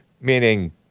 meaning